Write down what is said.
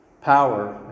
Power